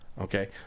okay